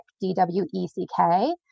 D-W-E-C-K